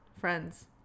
Friends